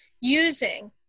using